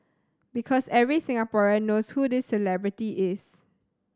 because every Singaporean knows who this celebrity is